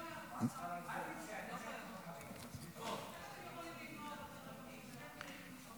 לא משנה, אם רוצים פנים, שיהיה פנים.